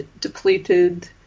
depleted